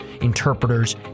interpreters